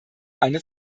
eine